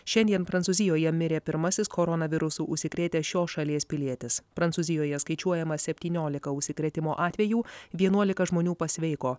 šiandien prancūzijoje mirė pirmasis koronavirusu užsikrėtęs šios šalies pilietis prancūzijoje skaičiuojama septyniolika užsikrėtimo atvejų vienuolika žmonių pasveiko